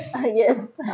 yes